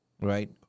right